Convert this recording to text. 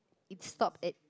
it stopped at